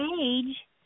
age